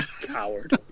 Coward